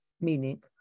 meaning